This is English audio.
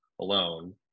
alone